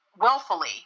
willfully